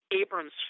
Abram's